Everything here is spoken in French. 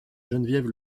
geneviève